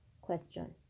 Question